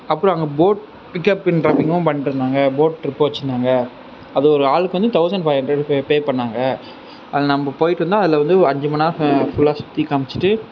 அப்புறோம் அங்கே போய்ட்டு பிக்கப் அண்ட் ட்ராப்பிங்லாம் பண்ணிட்டு இருந்தாங்க போட் ட்ரிப் வச்சு இருந்தாங்க அது ஒரு ஆளுக்குனு தொளசண்ட் ஃபைவ் ஹண்ட்ரெட் பே பண்ணாங்க அங்கே நம்ம போய்ட்டு வந்தால் அதில் வந்து அஞ்சு மணி நேரம் ஃபுல் ஃபுல்லாக சுற்றி காமிச்சிவிட்டு